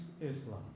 Islam